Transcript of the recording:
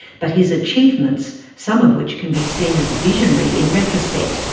but his achievements, some of which can be seen as visionary in retrospect,